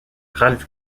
ralph